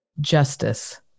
justice